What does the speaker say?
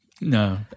No